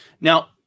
Now